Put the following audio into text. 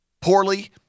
poorly